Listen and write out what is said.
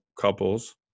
couples